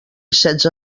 setze